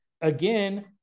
again